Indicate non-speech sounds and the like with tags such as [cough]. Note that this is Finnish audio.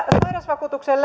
sairausvakuutuksen [unintelligible]